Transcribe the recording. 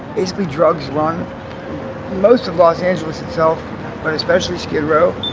basically drugs run most of los angeles itself but especially skid row.